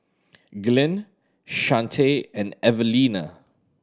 Glynn Chante and Evalena